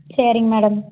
சரிங்க மேடம்